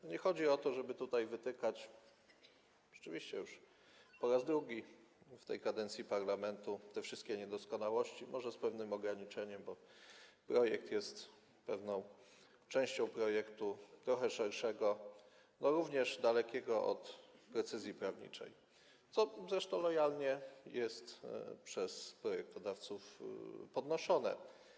Tu nie chodzi o to, żeby wytykać już po raz drugi w tej kadencji parlamentu te wszystkie niedoskonałości, może z pewnym ograniczeniem, bo projekt jest częścią projektu trochę szerszego, również dalekiego od precyzji prawniczej, co zresztą jest lojalnie przez projektodawców podnoszone.